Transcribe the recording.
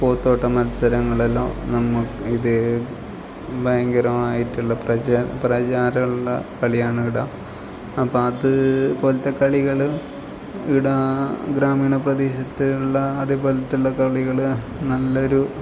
പോത്തോട്ട മത്സരങ്ങളെല്ലാം ഇതു ഭയങ്കരമായിട്ടുള്ള പ്രചാരമുള്ള കളിയാണിവിടെ അപ്പം അതുപോലത്തെ കളികൾ ഇവിടെ ഗ്രാമീണ പ്രദേശത്ത് ഉള്ള അതുപോലെയുള്ള കളികൾ നല്ലൊരു